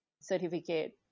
certificate